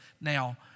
now